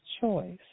choice